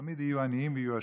תמיד יהיו עניים ויהיו עשירים,